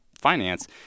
finance